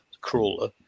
crawler